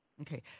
Okay